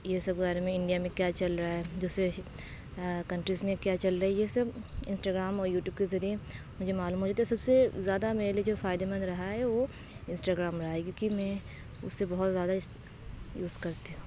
یہ سب کے بارے میں انڈیا میں کیا چل رہا ہے دوسرے کنٹریز میں کیا چل رہی ہے سب انسٹاگرام اور یوٹیوب کے ذریعے مجھے معلوم ہو جاتا ہے سب سے زیادہ میرے لیے جو فائدہ مند رہا ہے وہ انسٹاگرام رہا ہے کیونکہ میں اس سے بہت زیادہ یوز کرتی ہوں